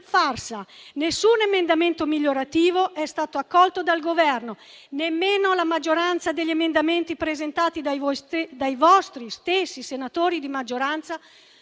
farsa: nessun emendamento migliorativo è stato accolto dal Governo, nemmeno la maggioranza degli emendamenti presentati dai vostri stessi senatori di maggioranza